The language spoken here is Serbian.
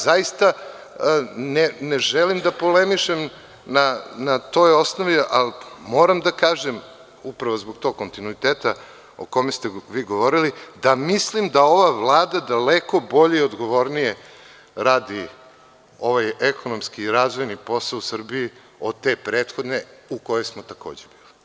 Zaista, ne želim da polemišem na toj osnovi, ali moram da kažem upravo zbog tog kontinuiteta o kome ste vi govorili, da mislim da ova Vlada daleko bolje i odgovornije radi ovaj ekonomski razvojni posao u Srbiji od te prethodne u kojoj smo takođe bili.